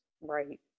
Right